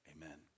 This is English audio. Amen